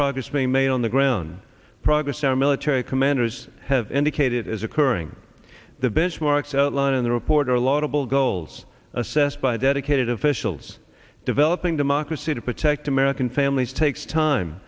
progress being made on the ground progress our military commanders have indicated as occurring the benchmarks outlined in the report or laudable goals assessed by dedicated officials developing democracy to protect american families takes time